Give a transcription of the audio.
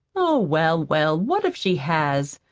oh, well, well, what if she has?